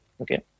Okay